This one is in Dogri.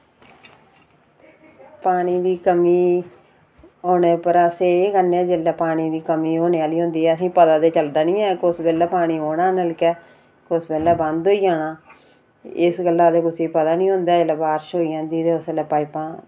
पानी दी कमी औने पर अस एह् करने जेल्लै पानी दी कमी होने आह्ली होंदी असें पता ते चलदा नि ऐ कुस वेल्लै पानी औना नलकै कुस वेल्लै बंद होई जाना इस गल्ला ते कुसे पता नि होंदा ऐ जिल्लै बार्श होई जंदी ते उसलै पाइपां